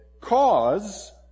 cause